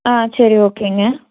ஆ சரி ஓகேங்க